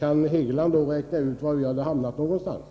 Kan herr Hegeland räkna ut var vi då hade hamnat någonstans?